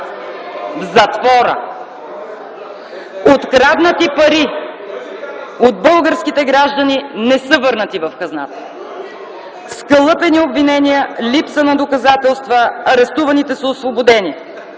от ГЕРБ.) Откраднати пари от българските граждани не са върнати в хазната! Скалъпени обвинения, липса на доказателства, арестуваните са освободени.